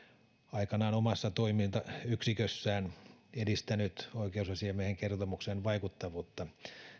aikanaan omassa toimintayksikössään edistänyt oikeusasiamiehen kertomuksen vaikuttavuutta